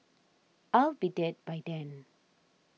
I'll be dead by then